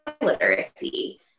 literacy